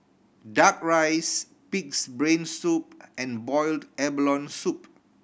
Duck Rice Pig's Brain Soup and boiled abalone soup